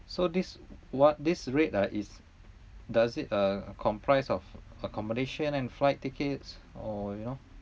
so this what this rate ah is does it uh comprise of accommodation and flight tickets or you know